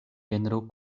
genro